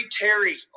Terry